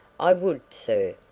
i would, sir!